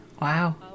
Wow